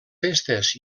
festes